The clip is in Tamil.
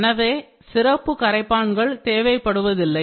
எனவே சிறப்பு கரைப்பான்கள் தேவைப்படுவதில்லை